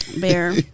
beer